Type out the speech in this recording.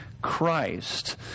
Christ